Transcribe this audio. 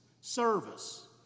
service